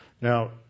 Now